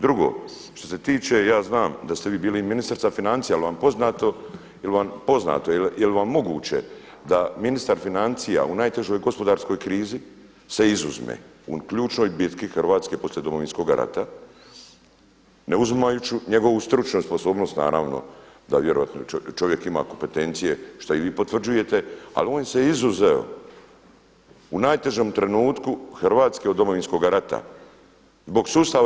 Drugo, što se tiče ja znam da ste vi bili ministrica financija, jel vam poznato jel vam moguće da ministar financija da u najtežoj gospodarskoj krizi se izuzme u ključnoj bitni Hrvatske poslije Domovinskoga rata, ne uzimajući njegovu stručnost i sposobnost naravno, vjerojatno čovjek ima kompetencije što i vi potvrđujete, ali on se izuzeo u najtežem trenutku Hrvatska od Domovinskoga rata zbog sustava.